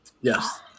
Yes